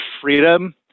freedom